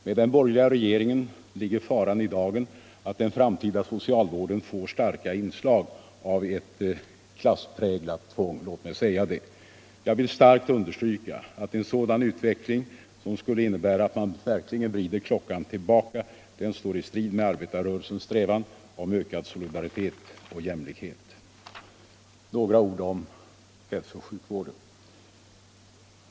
Med en borgerlig regering ligger faran i dagen att den framtida socialvården får starka inslag av ett klasspräglat tvång. Jag vill starkt understryka att en sådan utveckling, som skulle innebära att man verkligen vrider klockan tillbaka, står i strid med arbetarrörelsens strävan till ökad solidaritet och jämlikhet. Så några ord om hälsooch sjukvården.